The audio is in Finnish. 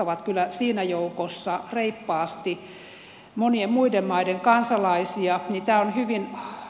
ovat kyllä siinä joukossa reippaasti monien muiden maiden kansalaisten edellä niin tämä on hyvin valitettavaa